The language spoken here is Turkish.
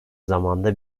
zamanda